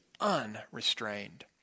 unrestrained